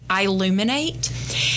illuminate